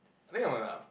I think I'm a